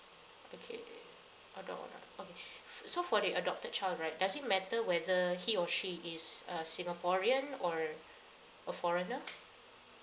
okay adopt all right okay so for the adopted child right does it matter whether he or she is a singaporean or a foreigner